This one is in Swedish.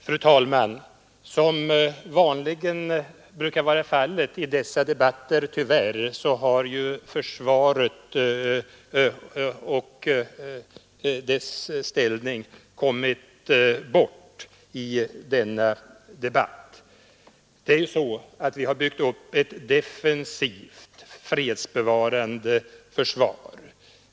Fru talman! Som tyvärr brukar vara fallet i dessa debatter har försvaret och dess ställning kommit bort även i denna diskussion. Vi har byggt upp ett defensivt, fredsbevarande försvar.